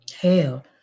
Hell